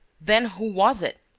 then who was it?